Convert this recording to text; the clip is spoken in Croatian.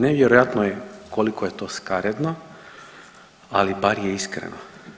Nevjerojatno je koliko je to skaredno, ali bar je iskreno.